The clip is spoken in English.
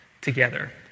together